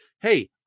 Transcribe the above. hey